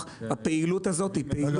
הפעילות הזו היא פעילות